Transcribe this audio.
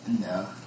No